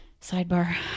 sidebar